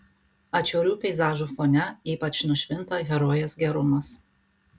atšiaurių peizažų fone ypač nušvinta herojės gerumas